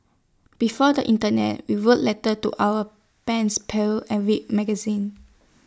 before the Internet we wrote letter to our pens pals and read magazines